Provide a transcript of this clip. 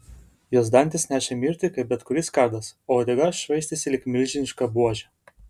jos dantys nešė mirtį kaip bet kuris kardas o uodega švaistėsi lyg milžiniška buožė